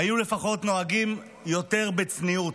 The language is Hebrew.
היו לפחות נוהגים יותר בצניעות,